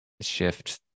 shift